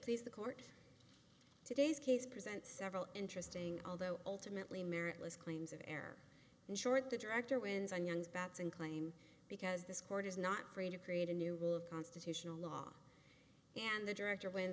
please the court today's case presents several interesting although ultimately meritless claims of air and short the director wins on young's bets and claim because this court is not free to create a new rule of constitutional law and the director wins